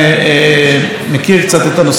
בוודאי השר יריב לוין,